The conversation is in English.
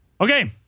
Okay